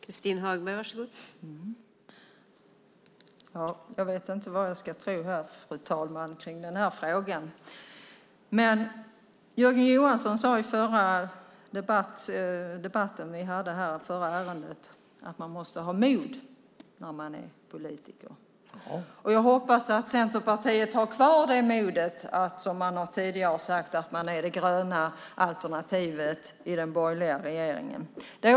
Fru talman! Jag vet inte vad jag ska tro i denna fråga. Jörgen Johansson sade i debatten i förra ärendet att man måste ha mod när man är politiker. Jag hoppas att Centerpartiet har kvar modet att vara det gröna alternativet i den borgerliga regeringen, som man tidigare har sagt.